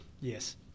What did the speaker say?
Yes